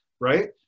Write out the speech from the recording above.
right